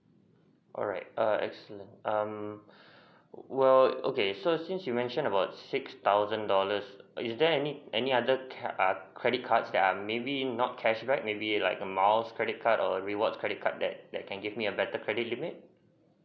alright err excellent um well okay so since you mentioned about six thousand dollars is there any any other cre~ err credit cards that are maybe not cash back maybe like a miles credit card or reward credit card that that can give me a better credit limit